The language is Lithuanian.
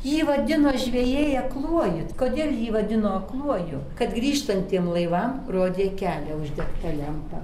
jį vadino žvejai akluoju kodėl jį vadino akluoju kad grįžtantiem laivam rodė kelią uždegta lempa